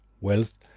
wealth